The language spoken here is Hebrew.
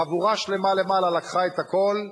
חבורה שלמה למעלה לקחת את הכול,